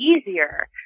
easier